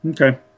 Okay